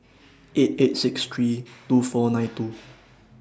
eight eight six three two four nine two